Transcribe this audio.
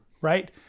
right